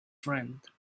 friend